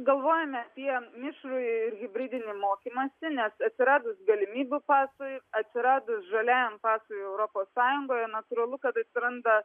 galvojame apie mišrųjį ir hibridinį mokymąsi nes atsiradus galimybių pasui atsiradus žaliajam pašarui europos sąjungoje natūralu kad atsiranda